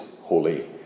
holy